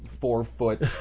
four-foot